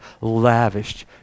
lavished